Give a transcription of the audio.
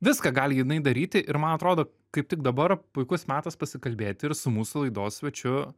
viską gali jinai daryti ir man atrodo kaip tik dabar puikus metas pasikalbėti ir su mūsų laidos svečiu